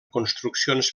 construccions